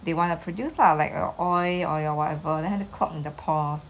they want to produce lah like uh oil or your whatever then clog in the pores